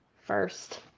first